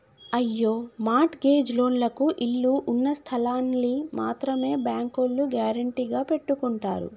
అయ్యో mortgage లోన్లకు ఇళ్ళు ఉన్నస్థలాల్ని మాత్రమే బ్యాంకోల్లు గ్యారెంటీగా పెట్టుకుంటారు